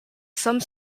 some